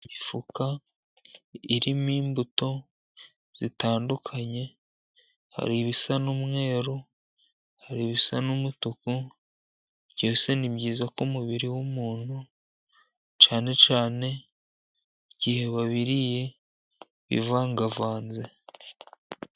Imifuka irimo imbuto zitandukanye, hari ibisa n'umweru, hari ibisa n'umutuku, byose ni byiza ku mubiri w'umuntu cyane cyane, igihe wabiriye bivangavanze.